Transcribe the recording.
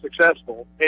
successful